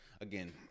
again